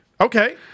Okay